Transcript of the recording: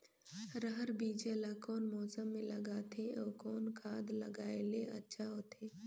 रहर बीजा ला कौन मौसम मे लगाथे अउ कौन खाद लगायेले अच्छा होथे?